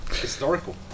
Historical